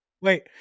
wait